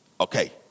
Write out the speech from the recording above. Okay